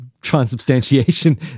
transubstantiation